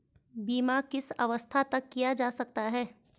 बीमा किस अवस्था तक किया जा सकता है?